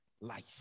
life